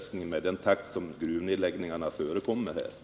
Redan samma dag det varslades om att gruvan skulle slås igen var andra gruvföretag där och värvade gruvfolk. Vad jag kan Om det planerade förstå blir det svårt att få tag i yrkesutbildade gruvarbetare i fortsättningen, Rd S Å fjärrvärmesystemet med den täkt som gruvnedläggningarna sker i Ordet: SR